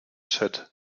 chat